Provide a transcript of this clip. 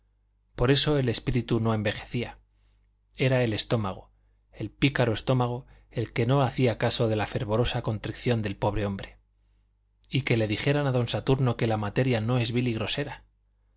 por eso el espíritu no envejecía era el estómago el pícaro estómago el que no hacía caso de la fervorosa contrición del pobre hombre y que le dijeran a don saturno que la materia no es vil y grosera